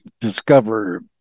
discover